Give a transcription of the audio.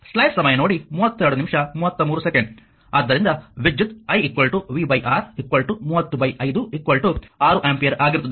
ಆದ್ದರಿಂದ ವಿದ್ಯುತ್ i v R 305 6 ampere ಆಗಿರುತ್ತದೆ